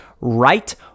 right